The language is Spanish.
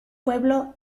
pueblo